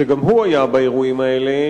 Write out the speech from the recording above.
שגם הוא היה באירועים האלה,